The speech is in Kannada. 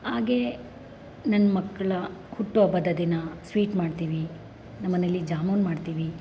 ಹಾಗೆ ನನ್ನ ಮಕ್ಕಳ ಹುಟ್ಟುಹಬ್ಬದ ದಿನ ಸ್ವೀಟ್ ಮಾಡ್ತೀವಿ ನಮ್ಮನೆಯಲ್ಲಿ ಜಾಮೂನ್ ಮಾಡ್ತೀವಿ